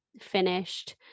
finished